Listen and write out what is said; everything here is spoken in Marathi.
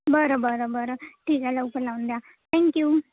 बरं बरं बरं ठीक आहे लवकर लावून द्या थँक्यू